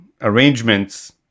arrangements